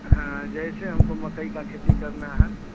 हाँ जैसे हमको मकई की खेती करनी है